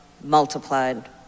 multiplied